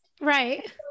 Right